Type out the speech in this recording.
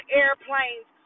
airplanes